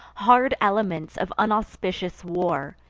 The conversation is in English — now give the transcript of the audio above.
hard elements of unauspicious war,